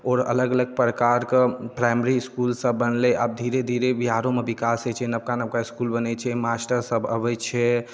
आओर अलग अलग प्रकारके प्राइमरी इसकुलसब बनलै आब धीरे धीरे बिहारोमे विकास होइ छै नवका नवका इसकुल बनै छै मास्टरसब अबै छै